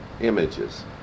images